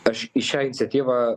aš į šią iniciatyvą